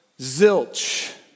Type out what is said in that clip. zilch